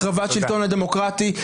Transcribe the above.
החרבת השלטון הדמוקרטי.